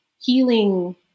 healing